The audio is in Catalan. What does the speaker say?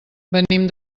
venim